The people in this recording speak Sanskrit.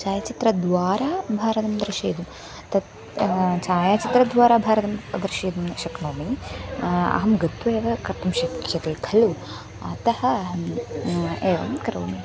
छायाचित्रद्वारा भारतं दर्शयितुं तत् छायाचित्रद्वारा भारतं दर्शयितुम् न शक्नोमि अहं गत्वा एव कर्तुं शक्यते खलु अतः अहम् एवं करोमि